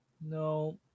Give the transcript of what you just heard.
no